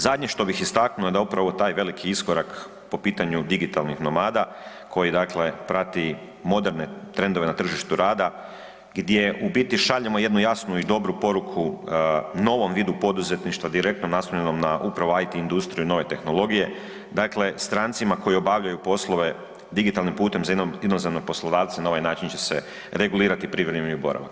Zadnje što bih istaknuo je da upravo taj veliki iskorak po pitanju digitalnih nomada, koji dakle prati moderne trendove na tržištu rada, gdje u biti šaljemo jednu jasnu i dobru poruku novom vidu poduzetništva direktno naslonjenom na upravo IT industriju i nove tehnologije, dakle strancima koji obavljaju poslove digitalnim putem za inozemnim poslodavcem, na ovaj način će se regulirati privremeni boravak.